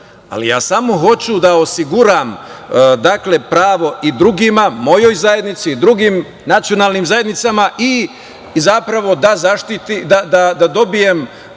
ali samo hoću da osiguram pravo i drugima, mojoj zajednici i drugim nacionalnim zajednicama i zapravo da dobijem